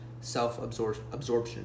self-absorption